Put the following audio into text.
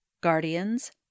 Guardians